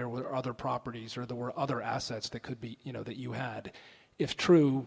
there were other properties or there were other assets that could be you know that you had if true